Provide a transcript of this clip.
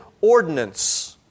ordinance